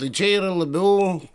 tai čia yra labiau